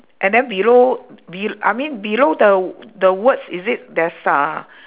and then below be~ I mean below the the words is it there's are